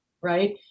Right